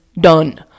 done